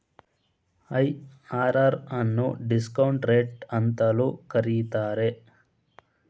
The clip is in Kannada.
ಐ.ಆರ್.ಆರ್ ಅನ್ನು ಡಿಸ್ಕೌಂಟ್ ರೇಟ್ ಅಂತಲೂ ಕರೀತಾರೆ